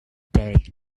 day